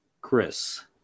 Chris